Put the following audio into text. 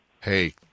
hey